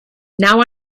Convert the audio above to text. now